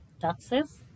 taxes